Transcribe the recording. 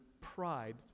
pride